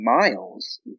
miles